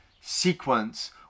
sequence